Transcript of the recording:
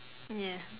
ya